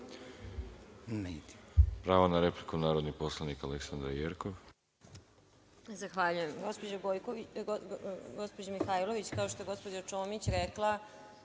Pravo na repliku, narodni poslanik Aleksandra Jerkov.